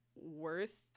worth